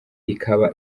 ikaba